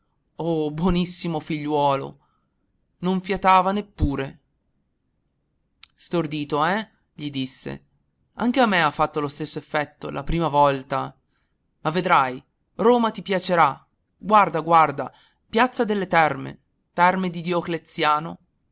oh bonissimo figliuolo non fiatava neppure stordito eh gli disse anche a me ha fatto lo stesso effetto la prima volta ma vedrai roma ti piacerà guarda guarda piazza delle terme terme di diocleziano